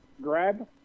grab